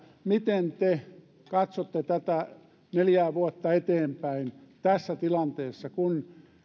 miten te katsotte tätä neljää vuotta eteenpäin tässä tilanteessa kun